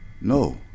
No